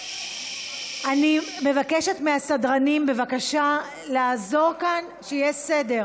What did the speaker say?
אני מבקשת מהסדרנים, בבקשה לעזור שיהיה כאן סדר.